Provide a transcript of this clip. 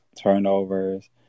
turnovers